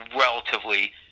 relatively